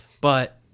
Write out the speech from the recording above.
But-